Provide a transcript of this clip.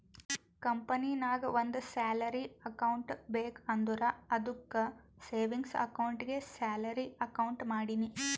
ಕಂಪನಿನಾಗ್ ಒಂದ್ salary account ಬೇಕ್ ಅಂದುರ್ ಅದ್ದುಕ್ ಸೇವಿಂಗ್ಸ್ ಅಕೌಂಟ್ಗೆ ಸ್ಯಾಲರಿ ಅಕೌಂಟ್ ಮಾಡಿನಿ